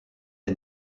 est